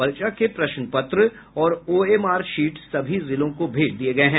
परीक्षा के प्रश्न पत्र और ओएमआर शीट सभी जिलों को भेज दी गयी है